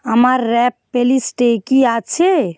আমার র্যাপ প্লেলিস্টে কি আছে